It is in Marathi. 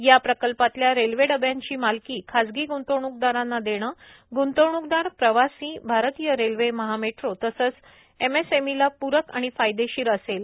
या प्रकल्पातल्या रेल्वे डब्यांची मालकी खाजगी ग्ंतवणूकदारांना देणं ग्ंतवणूकदार प्रवासी भारतीय रेल्वे महामेट्रो तसंच एमएसएमई ला पूरक आणि फायदेशीर असेल